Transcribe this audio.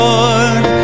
Lord